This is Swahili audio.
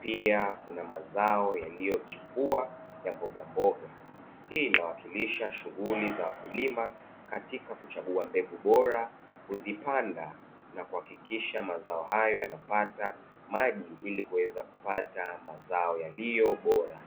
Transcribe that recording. pia kuna mazao yaliyochipua ya mbogamboga, hii ina wakilisha shughuli za wakulima katika kuchagua mbegu bora, kuzipanda na kuhakikisha mazao hayo yanapata maji ili kuweza kupata mazao yaliyo bora.